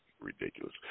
Ridiculous